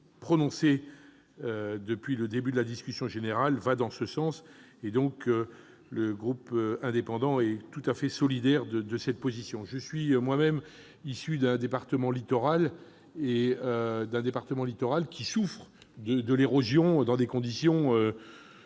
prononcés depuis le début de la discussion générale vont dans ce sens ; nous sommes donc tout à fait solidaires de cette position. Je suis moi-même issu d'un département littoral qui souffre de l'érosion, dans des conditions